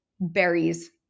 berries